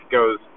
goes